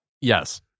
Yes